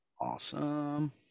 Awesome